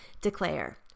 Declare